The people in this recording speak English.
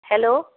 hello